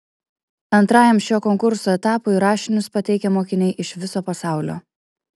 antrajam šio konkurso etapui rašinius pateikia mokiniai iš viso pasaulio